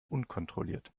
unkontrolliert